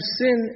sin